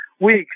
week